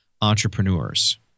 entrepreneurs